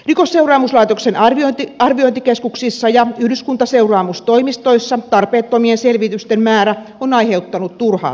rikosseuraamuslaitoksen arviointikeskuksissa ja yhdyskuntaseuraamustoimistoissa tarpeettomien selvitysten määrä on aiheuttanut turhaa työtä